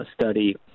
study